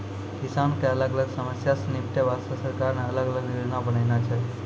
किसान के अलग अलग समस्या सॅ निपटै वास्तॅ सरकार न अलग अलग योजना बनैनॅ छै